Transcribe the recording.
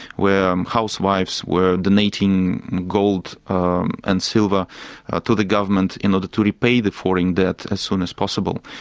where um housewives were donating gold um and silver to the government in order to repay the foreign debt as soon as possible.